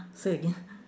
say again